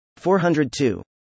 402